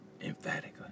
Emphatically